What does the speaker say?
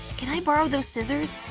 can i borrow those scissors?